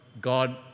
God